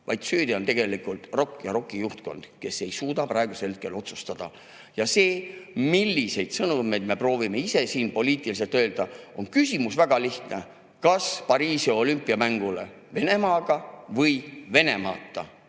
vaid süüdi on tegelikult ROK ja ROK‑i juhtkond, kes ei suuda praegusel hetkel otsustada. Ja see, milliseid sõnumeid me proovime ise siin poliitiliselt öelda – küsimus on väga lihtne: kas Pariisi olümpiamängudele Venemaaga või Venemaata?